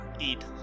eat